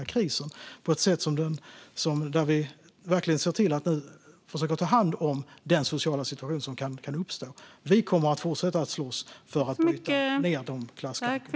Vi gör det på ett sätt där vi verkligen ser till att försöka ta hand om den sociala situation som kan uppstå. Vi kommer att fortsätta att slåss för att bryta ned klasskillnaderna.